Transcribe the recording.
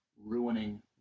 ruining